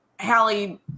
Hallie